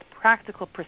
practical